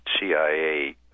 CIA